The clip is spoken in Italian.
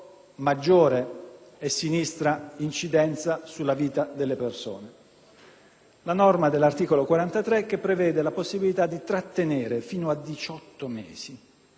è quella dell'articolo 39, che prevede la possibilità di trattenere fino a 18 mesi un cittadino straniero ai fini dell'identificazione.